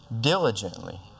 diligently